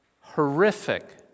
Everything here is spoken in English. horrific